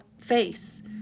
face